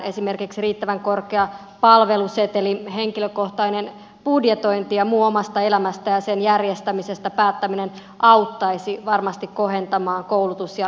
esimerkiksi riittävän korkea palveluseteli henkilökohtainen budjetointi ja muu omasta elämästä ja sen järjestämisestä päättäminen auttaisi varmasti kohentamaan koulutus ja työllisyysasemaa